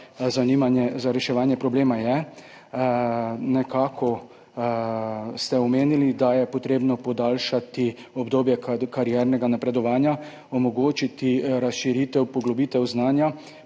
zanimanje za reševanje problema je. Omenili ste, da je potrebno podaljšati obdobje kariernega napredovanja, omogočiti razširitev, poglobitev znanja